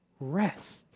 rest